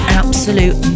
absolute